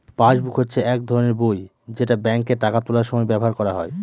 passbook হচ্ছে এক ধরনের বই যেটা ব্যাঙ্কে টাকা তোলার সময় ব্যবহার করা হয়